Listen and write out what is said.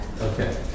Okay